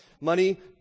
Money